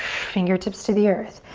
fingertips to the earth.